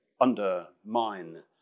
undermine